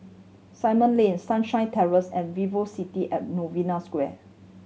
Simon Lane Sunshine Terrace and Velocity at Novena Square